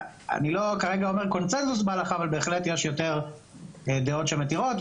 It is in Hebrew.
אני לא כרגע אומר קונצנזוס בהלכה אבל בהחלט יש יותר דעות שמתירות.